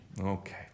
Okay